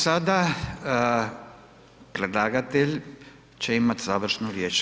sada predlagatelj će imati završnu riječ.